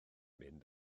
mynd